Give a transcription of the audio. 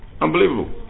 unbelievable